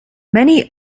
many